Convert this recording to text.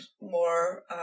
more